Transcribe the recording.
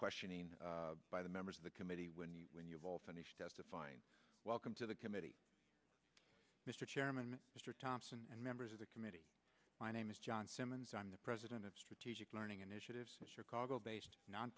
questioning by the members of the committee when you when you've all finished testifying welcome to the committee mr chairman mr thompson and members of the committee my name is john simmons i'm the president of strategic learning initiative cargo based non